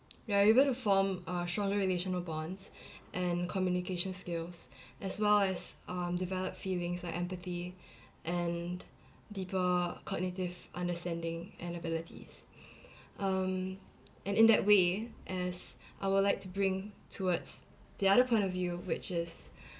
we are able to form uh stronger relational bonds and communication skills as well as um develop feelings like empathy and deeper cognitive understanding and abilities um and in that way as I would like to bring towards the other point of view which is